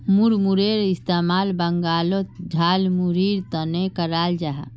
मुड़मुड़ेर इस्तेमाल बंगालोत झालमुढ़ीर तने कराल जाहा